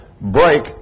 break